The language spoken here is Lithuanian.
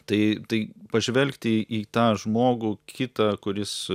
tai tai pažvelgti į tą žmogų kitą kuris